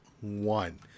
one